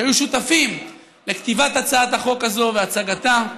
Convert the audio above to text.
שהיו שותפים לכתיבת הצעת החוק הזאת והצגתה.